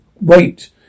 wait